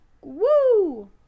Woo